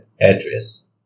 address